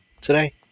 Today